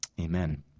Amen